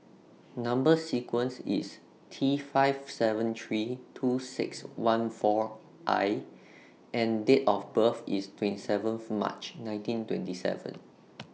Number sequence IS T five seven three two six one four I and Date of birth IS twenty seventh March nineteen twenty seven